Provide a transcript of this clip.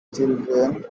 children